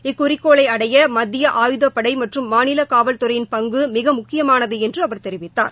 இக்குறிக்கோளை அடைய மத்திய ஆயுதப்படை மற்றும் மாநில காவல் துறையின் பங்கு மிக முக்கியமானது என்று அவர் தெரிவித்தார்